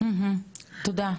תודה.